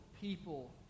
people